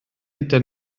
gyda